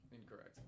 Incorrect